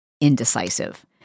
indecisive